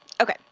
Okay